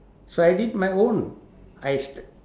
so I did my own I st~